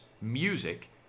music